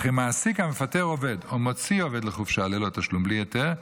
וכי מעסיק המפטר עובד או מוציא עובד לחופשה ללא תשלום בלי היתר,